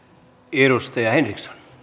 arvoisa